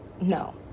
no